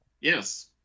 Yes